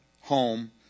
home